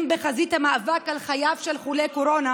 בחזית המאבק על חייו של חולה קורונה